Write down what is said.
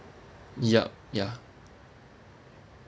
yup ya